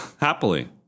Happily